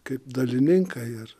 kaip dalininkai ar